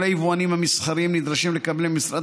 כל היבואנים המסחריים נדרשים לקבל ממשרד